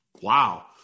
Wow